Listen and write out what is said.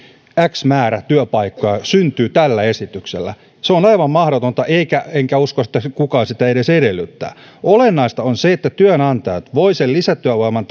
x määrä työpaikkoja syntyy tällä esityksellä se on aivan mahdotonta enkä usko että kukaan sitä edes edellyttää olennaista on se että työnantajat voivat lisätyövoiman